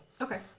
Okay